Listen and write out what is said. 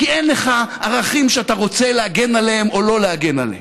כי אין לך ערכים שאתה רוצה להגן עליהם או לא להגן עליהם.